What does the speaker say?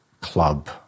club